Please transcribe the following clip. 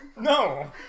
no